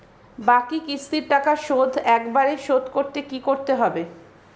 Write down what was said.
বাকি কিস্তির টাকা শোধ একবারে শোধ করতে কি করতে হবে?